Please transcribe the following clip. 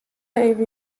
even